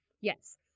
Yes